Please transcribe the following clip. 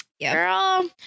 Girl